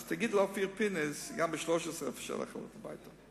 אז תגיד לאופיר פינס: גם עם 13 אפשר ללכת הביתה,